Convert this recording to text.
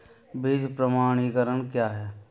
बीज प्रमाणीकरण क्या है?